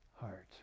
heart